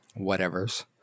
whatevers